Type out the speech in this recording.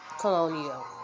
Colonial